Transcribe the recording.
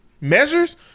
measures